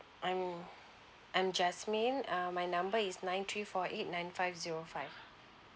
I'm I'm jasmine uh my number is nine three four eight nine five zero five